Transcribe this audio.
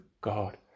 God